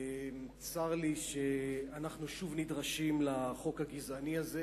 צר לי שאנחנו שוב נדרשים לחוק הגזעני הזה